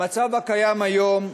במצב הקיים היום,